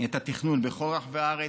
את התכנון בכל רחבי הארץ,